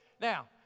Now